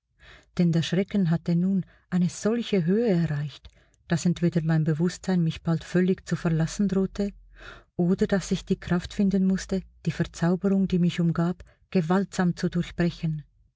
denn der schrecken hatte nun eine solche höhe erreicht daß entweder mein bewußtsein mich bald völlig zu verlassen drohte oder daß ich die kraft finden mußte die verzauberung die mich umgab gewaltsam zu durchbrechen